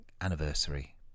anniversary